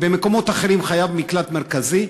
במקומות אחרים חייבים מקלט מרכזי.